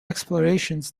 explorations